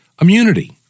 immunity